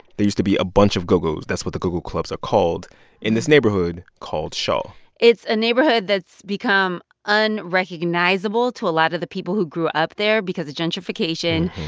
there used to be a bunch of go-gos that's what the go-go clubs are called in this neighborhood called shaw it's a neighborhood that's become unrecognizable to a lot of the people who grew up there because of gentrification,